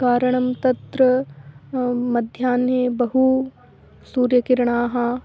कारणं तत्र मध्याह्ने बहु सूर्यकिरणाः